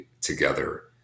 together